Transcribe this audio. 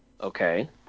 Okay